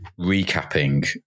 recapping